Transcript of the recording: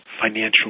financial